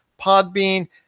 Podbean